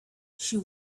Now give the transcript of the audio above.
she